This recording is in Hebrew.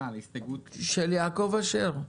ההסתייגות של יעקב אשר,